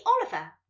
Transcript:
Oliver